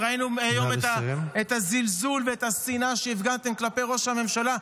-- ראינו היום את הזלזול ואת השנאה שהפגנתם כלפי ראש הממשלה.